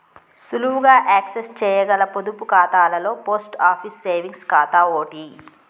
సులువుగా యాక్సెస్ చేయగల పొదుపు ఖాతాలలో పోస్ట్ ఆఫీస్ సేవింగ్స్ ఖాతా ఓటి